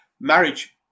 marriage